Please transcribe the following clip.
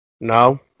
No